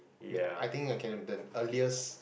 I think I can the earliest